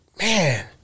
man